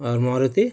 আর Maruti